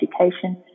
education